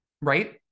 Right